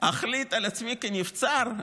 אחליט על עצמי כנבצר,